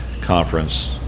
conference